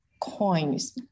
coins